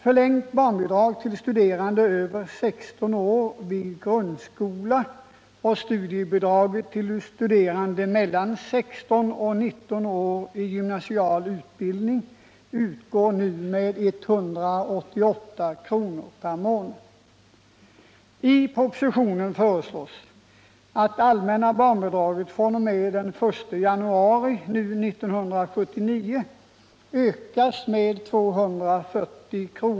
Förlängt barnbidrag till studerande över 16 år i grundskola och studiebidrag till studerande mellan 16 och 19 år i gymnasial utbildning utgår nu med 188 kr. per månad. I propositionen föreslås att det allmänna barnbidraget fr.o.m. den 1 januari 1979 ökas med 240 kr.